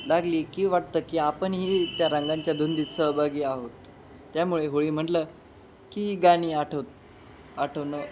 लागली की वाटतं की आपणही त्या रंगांच्या धुंदीत सहभागी आहोत त्यामुळे होळी म्हणलं की गाणी आठव आठवणं